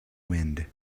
wind